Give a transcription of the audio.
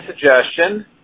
suggestion